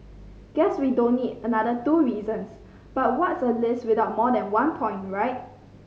guess we don't need another two reasons but what's a list without more than one point right